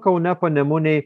kaune panemunėj